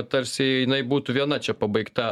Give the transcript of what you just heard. tarsi jinai būtų viena čia pabaigta